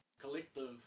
collective